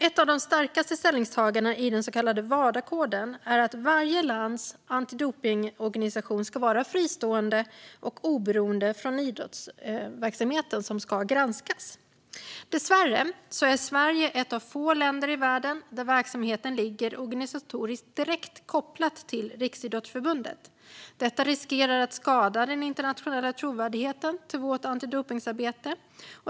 Ett av de starkaste ställningstagandena i den så kallade Wadakoden är att varje lands antidopningsorganisation ska vara fristående och oberoende från den idrottsverksamhet som ska granskas. Dessvärre är Sverige ett av få länder i världen där verksamheten ligger organisatoriskt direkt kopplad till landets riksidrottsförbund. Detta riskerar att skada den internationella trovärdigheten hos vårt antidopningsarbete.